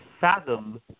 fathom